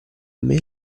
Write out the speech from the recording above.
meno